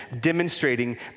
demonstrating